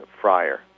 Friar